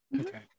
Okay